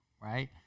right